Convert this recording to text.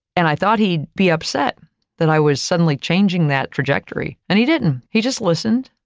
and i thought he'd be upset that i was suddenly changing that trajectory. and he didn't. he just listened.